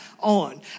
on